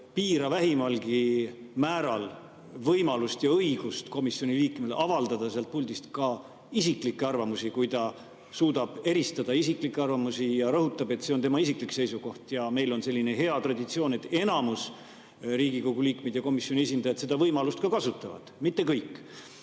piira vähimalgi määral võimalust ja õigust komisjoni liikmel avaldada sealt puldist ka isiklikke arvamusi, kui ta suudab eristada isiklikke arvamusi ja rõhutab, et see on tema isiklik seisukoht. Ja meil on selline hea traditsioon, et enamus Riigikogu liikmeid ja komisjoni esindajaid seda võimalust ka kasutavad, mitte kõik.